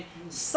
mm